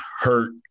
hurt